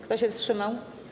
Kto się wstrzymał?